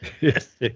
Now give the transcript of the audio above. Yes